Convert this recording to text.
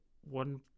one